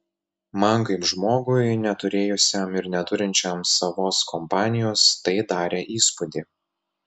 man kaip žmogui neturėjusiam ir neturinčiam savos kompanijos tai darė įspūdį